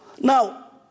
now